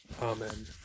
Amen